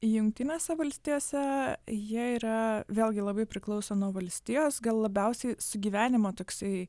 jungtinėse valstijose jie yra vėlgi labai priklauso nuo valstijos gal labiausiai sugyvenimo toksai